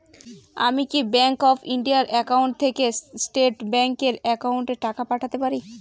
আমি কি bank of India এর একাউন্ট থেকে স্টেট ব্যাংক এর একাউন্টে টাকা পাঠাতে পারি?